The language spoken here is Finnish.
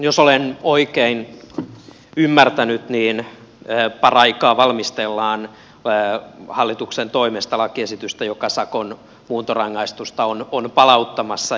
jos olen oikein ymmärtänyt niin paraikaa valmistellaan hallituksen toimesta lakiesitystä joka on palauttamassa sakon muuntorangaistusta